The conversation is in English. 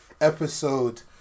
episode